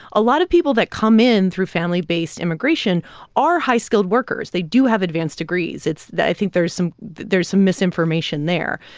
a lot of people that come in through family-based immigration are high-skilled workers. they do have advanced degrees. it's i think there's some there's some misinformation there.